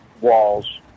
walls